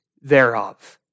thereof